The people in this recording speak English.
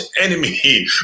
enemy